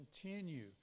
continue